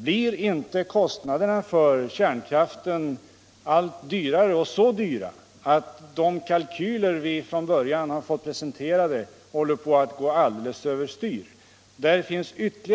Blir inte kostnaderna för kärnkraft allt Nr 111 större och så stora, att de kalkyler som vi från början fått presenterade Onsdagen den för oss håller på att gå alldeles överstyr? Åtskilligt nytt